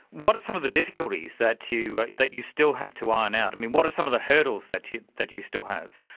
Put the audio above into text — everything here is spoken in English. what are some of the difficulties that that you still have to iron out? what are some of the hurdles that you that you still have?